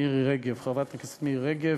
חברת הכנסת מירי רגב,